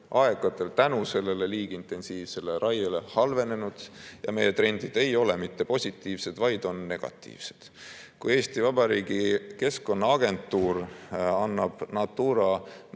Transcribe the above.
selle liiga intensiivse raie tõttu halvenenud ja meie trendid ei ole mitte positiivsed, vaid on negatiivsed. Kui Eesti Vabariigi Keskkonnaagentuur annab